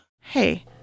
Hey